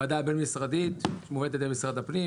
ועדה בין-משרדית --- על ידי משרד הפנים.